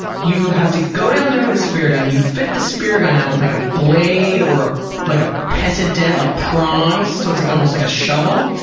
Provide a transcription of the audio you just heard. you have to go down there with a spear gun, you fit the spear gun out with like a blade or a like a pentadent, like, prongs. so, it's like almost like a shovel.